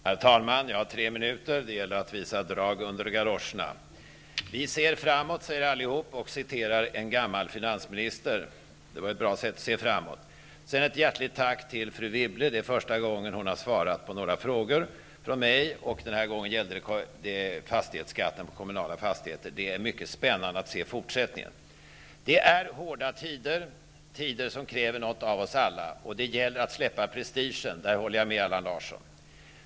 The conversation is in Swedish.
Herr talman! Jag har tre minuter på mig. Det gäller att visa drag under galoscherna. Vi ser framåt säger alla och citerar sedan en gammal finansminister. Det var ett bra sätt att se framåt. Sedan ett hjärtligt tack till fru Wibble. Det var första gången hon har svarat på några frågor från mig, och den här gången gällde det fastighetsskatten för kommunala fastigheter. Det blir mycket spännande att se fortsättningen. Det är hårda tider, tider som kräver något av oss alla. Det gäller att släppa prestigen, där håller jag med Allan Larsson.